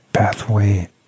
Pathway